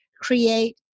create